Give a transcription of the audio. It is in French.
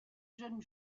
jeunes